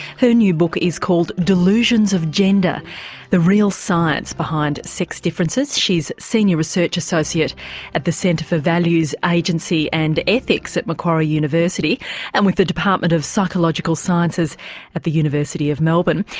her new book is called delusions of gender the real science behind sex differences. she's senior research associate at the centre for values agency and ethics at macquarie university and with the department of psychological sciences at the university of melbourne.